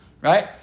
right